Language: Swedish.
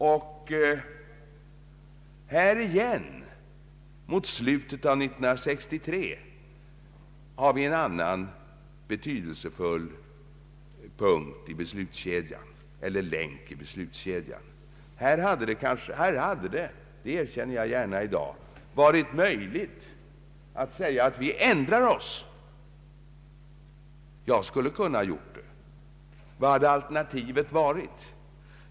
Mot slutet av 1963 har vi en annan betydelsefull länk i beslutskedjan. Då hade det — det erkänner jag gärna i dag — varit möjligt att säga att vi skulle ändra oss. Jag skulle ha kunnat göra det. Vad hade alternativet varit?